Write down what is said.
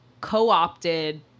co-opted